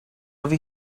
over